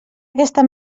aquesta